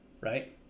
right